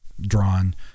drawn